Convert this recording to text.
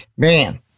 Man